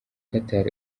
qatar